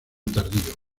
tardío